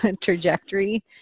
trajectory